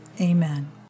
Amen